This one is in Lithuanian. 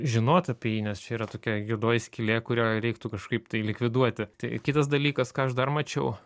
žinot apie jį nes čia yra tokia juodoji skylė kurią reiktų kažkaip tai likviduoti tai kitas dalykas ką aš dar mačiau